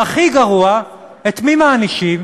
והכי גרוע, את מי מענישים?